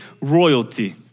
royalty